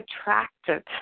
attracted